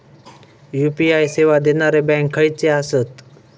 UPI सेवा देणारे bank खयचे आसत?